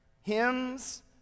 hymns